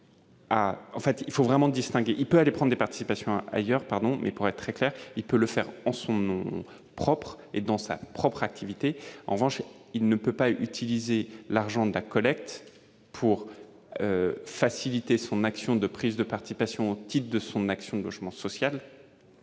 me paraît aller dans ce sens. Plus précisément, il peut le faire en son nom propre et dans sa propre activité. En revanche, il ne peut pas utiliser l'argent de la collecte pour faciliter son action de prise de participation au titre de son action de logement social,